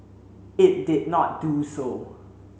it did not do so